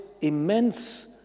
immense